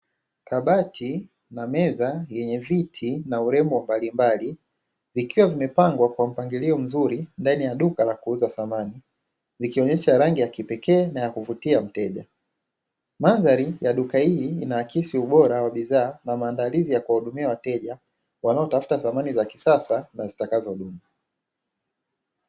Kabati na meza yenye viti na urembo mbalimbali vikiwa vimepangwa kwa mpangilio mzuri ndani ya duka la kuuza samani likionyesha rangi ya kipekee na ya kuvutia mteja, mandhari ya duka hili inaakisi ubora wa bidhaa na maandalizi ya kuwahudumia wateja wanaotafuta samani za kisasa na zitakazodumu.